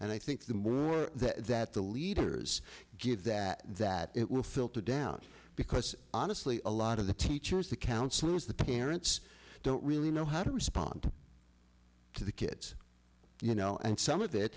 and i think the more that the leaders get that that it will filter down because honestly a lot of the teachers the counselors the parents don't really know how to respond to the kids you know and some of it